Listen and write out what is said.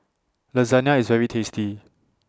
Lasagna IS very tasty